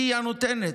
היא הנותנת.